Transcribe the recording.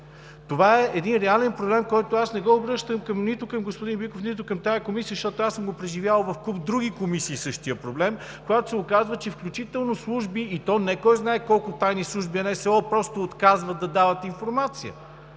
Това е един реален проблем, който аз не го обръщам нито към господин Биков, нито към тази комисия, защото същият проблем съм го преживял в куп други комисии, когато се оказва, че включително служби, и то не кой знае колко тайни служби, а НСО, просто отказват да дават информация.